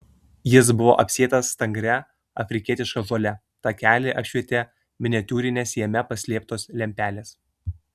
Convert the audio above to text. jis buvo apsėtas stangria afrikietiška žole takelį apšvietė miniatiūrinės jame paslėptos lempelės